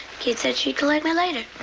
kate said she'd collect me later.